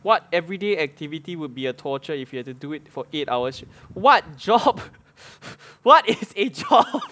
what everyday activity would be a torture if you had to do it for eight hours what job what is a job